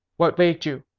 what waked you?